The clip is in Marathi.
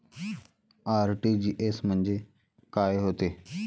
आर.टी.जी.एस म्हंजे काय होते?